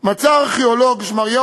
אנחנו חייבים למחות כנגד הדבר הזה.